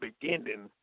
beginning